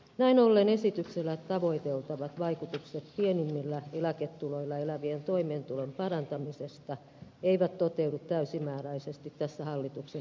näin ollen esityksellä tavoiteltavat vaikutukset pienimmillä eläketuloilla elävien toimeentulon parantamisesta eivät toteudu täysimääräisesti tässä hallituksen esityksessä